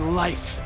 life